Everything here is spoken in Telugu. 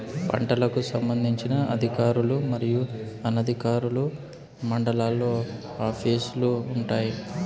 పంటలకు సంబంధించిన అధికారులు మరియు అనధికారులు మండలాల్లో ఆఫీస్ లు వుంటాయి?